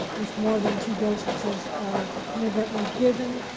if more than two doses are inadvertently given,